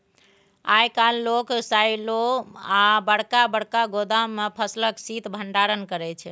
आइ काल्हि लोक साइलो आ बरका बरका गोदाम मे फसलक शीत भंडारण करै छै